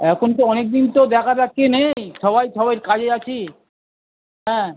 এখন তো অনেক দিন তো দেখা সাক্ষী নেই সবাই সবাইর কাজে আছি হ্যাঁ